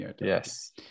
Yes